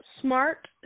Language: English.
smart